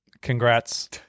Congrats